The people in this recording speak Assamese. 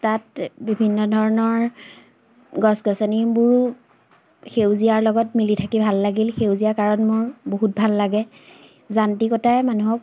তাত বিভিন্ন ধৰণৰ গছ গছনিবোৰো সেউজীয়াৰ লগত মিলি থাকি ভাল লাগিল সেউজীয়া কাৰণ মোৰ বহুত ভাল লাগে যান্ত্ৰিকতাই মানুহক